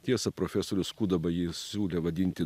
tiesa profesorius kudaba jį siūlė vadinti